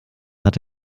hat